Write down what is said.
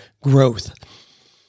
growth